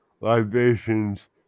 libations